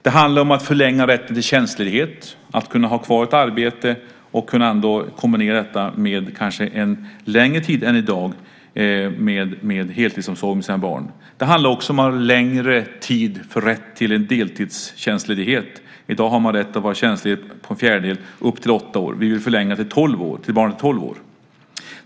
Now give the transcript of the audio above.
Det handlar om att ge rätt till förlängd tjänstledighet, så att man kan ha kvar ett arbete och kanske kunna kombinera detta med en heltidsomsorg om sina barn under en längre tid än i dag. Det handlar också om rätt till längre deltidstjänstledighet. I dag har man rätt att vara tjänstledig en fjärdedel av tiden till dess barnet är åtta år. Vi vill förlänga det till dess att barnet är tolv år.